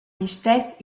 listess